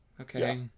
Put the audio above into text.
okay